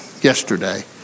yesterday